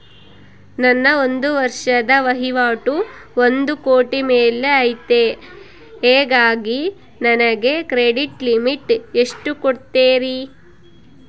ನನ್ನ ಒಂದು ವರ್ಷದ ವಹಿವಾಟು ಒಂದು ಕೋಟಿ ಮೇಲೆ ಐತೆ ಹೇಗಾಗಿ ನನಗೆ ಕ್ರೆಡಿಟ್ ಲಿಮಿಟ್ ಎಷ್ಟು ಕೊಡ್ತೇರಿ?